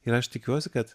ir aš tikiuosi kad